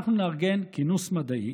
אנחנו נארגן כינוס מדעי